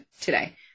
today